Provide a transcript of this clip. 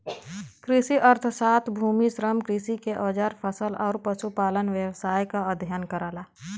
कृषि अर्थशास्त्र भूमि, श्रम, कृषि के औजार फसल आउर पशुपालन व्यवसाय क अध्ययन करला